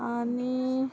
आनी